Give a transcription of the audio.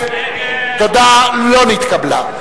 ההסתייגות לא נתקבלה.